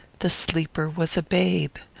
the sleeper was a babe.